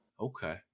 Okay